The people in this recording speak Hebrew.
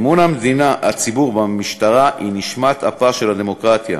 אמון הציבור במשטרה הוא נשמת אפה של הדמוקרטיה.